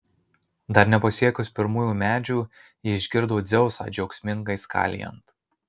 dar nepasiekus pirmųjų medžių ji išgirdo dzeusą džiaugsmingai skalijant